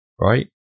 right